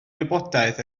wybodaeth